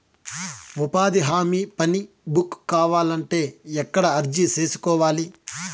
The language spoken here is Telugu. ఉపాధి హామీ పని బుక్ కావాలంటే ఎక్కడ అర్జీ సేసుకోవాలి?